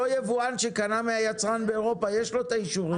אבל אותו יבואן שקנה מהיצרן באירופה יש לו את האישורים האלה,